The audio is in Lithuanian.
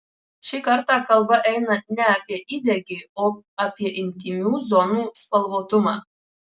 šį kartą kalba eina ne apie įdegį o apie intymių zonų spalvotumą